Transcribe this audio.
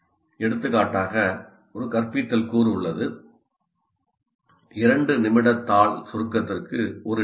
எடுத்துக்காட்டாக ஒரு கற்பித்தல் கூறு உள்ளது 2 நிமிட தாள் சுருக்கத்திற்கு ஒரு எடுத்துக்காட்டு